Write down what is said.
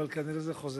אבל כנראה זה חוזר.